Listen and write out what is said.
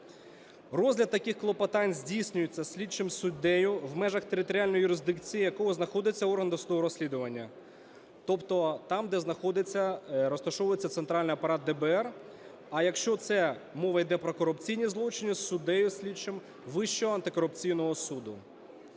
Розгляд таких клопотань здійснюється слідчим суддею в межах територіальної юрисдикції, у якого знаходиться орган досудового розслідування. Тобто там, де знаходиться, розташовується центральний апарат ДБР, а якщо це мова йде про корупційні злочини, суддею слідчим Вищого антикорупційного суду.